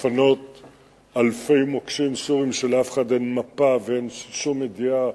לפנות אלפי מוקשים סוריים כשלאף אחד אין מפה ואין שום ידיעה,